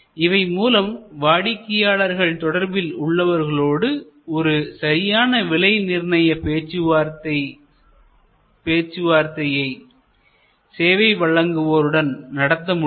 இவை மூலம் வாடிக்கையாளர்கள் தொடர்பில் உள்ளவர்களோடு ஒரு சரியான விலை நிர்ணய பேச்சுவார்த்தையை சேவை வழங்குவோர்களுடன் நடத்த முடியும்